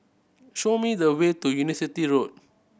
show me the way to University Road